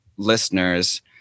listeners